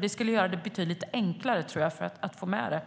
Det skulle göra det betydligt enklare att få med